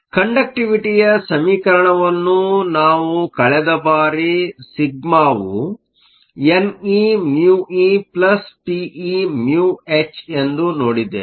ಕಂಡಕ್ಟಿವಿಟಿಯ ಸಮೀಕರಣವನ್ನು ನಾವು ಕಳೆದ ಬಾರಿ ಸಿಗ್ಮಾವು neμepeμh ಎಂದು ನೋಡಿದ್ದೇವೆ